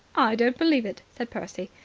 don't believe it, said percy.